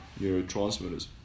neurotransmitters